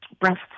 Breast